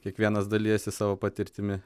kiekvienas dalijasi savo patirtimi